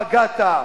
פגעת.